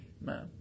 Man